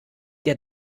der